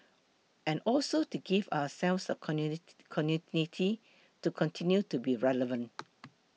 and also to give ourselves a continuity to continue to be relevant